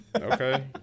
Okay